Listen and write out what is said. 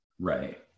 right